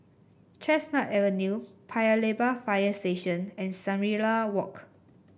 Chestnut Avenue Paya Lebar Fire Station and Shangri La Walk